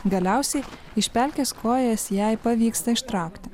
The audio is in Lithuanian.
galiausiai iš pelkės kojas jai pavyksta ištraukti